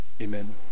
Amen